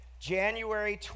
January